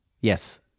Yes